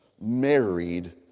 married